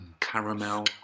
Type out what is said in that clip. Caramel